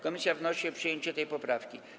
Komisja wnosi o przyjęcie tej poprawki.